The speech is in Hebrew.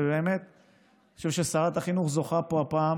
ובאמת אני חושב ששרת החינוך זוכה לעשות פה הפעם